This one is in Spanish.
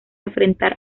enfrentar